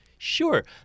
Sure